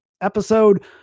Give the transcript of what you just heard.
episode